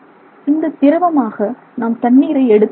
இந்தத் திரவமாக நாம் தண்ணீரை எடுத்துக் கொள்கிறோம்